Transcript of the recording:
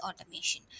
automation